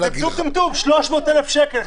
טמטום-טמטום 300,000 שקל.